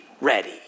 ready